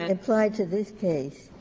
and applied to this case,